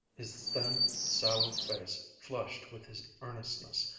his thin, sallow face flushed with his earnestness.